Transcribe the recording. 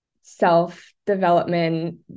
self-development